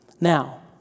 Now